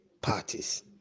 parties